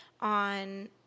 on